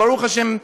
ברוך השם,